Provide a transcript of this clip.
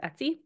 Etsy